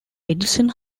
edison